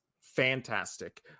fantastic